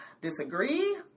disagree